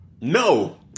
No